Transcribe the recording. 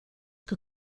que